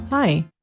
Hi